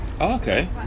okay